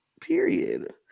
Period